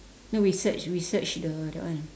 then we search we search the that one